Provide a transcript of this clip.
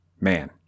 man